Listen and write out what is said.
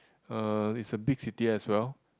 uh is a big city as well